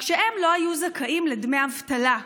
רק שהם לא היו זכאים לדמי אבטלה,